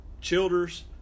Childers